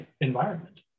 environment